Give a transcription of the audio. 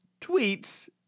tweets